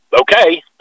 okay